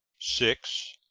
six.